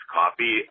copy